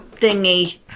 thingy